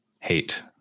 hate